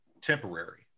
temporary